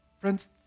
Friends